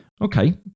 Okay